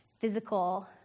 physical